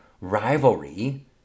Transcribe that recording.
rivalry